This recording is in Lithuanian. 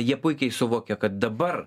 jie puikiai suvokia kad dabar